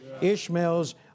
Ishmael's